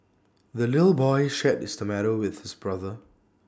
the little boy shared his tomato with his brother